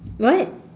what